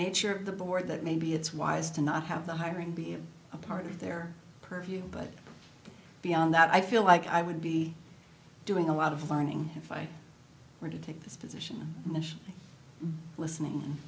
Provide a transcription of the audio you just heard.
nature of the board that maybe it's wise to not have the hiring be a part of their purview but beyond that i feel like i would be doing a lot of learning if i were to take this position and listening